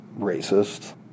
racist